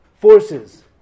forces